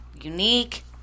unique